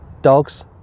dogs